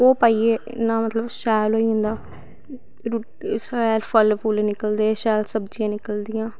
ओह् पाइयै मतलव इन्ना शैल होंदा शैल फल फुल्ल निकलदे शैल सब्जियां निकलदियां